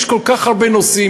יש כל כך הרבה נושאים.